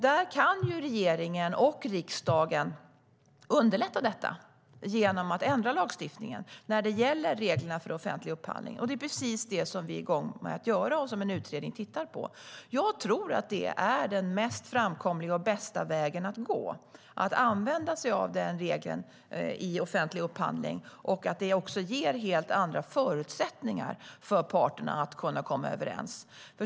Där kan regeringen och riksdagen underlätta genom att ändra lagstiftningen när det gäller reglerna för offentlig upphandling, och det är precis det vi är igång med att göra. En utredning tittar på detta. Jag tror att det är den mest framkomliga och bästa vägen att gå att använda sig av den regeln i offentlig upphandling och att det också ger helt andra förutsättningar för parterna att kunna komma överens.